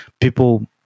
people